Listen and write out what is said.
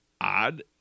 odd